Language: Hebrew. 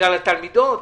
בגלל התלמידות.